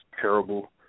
terrible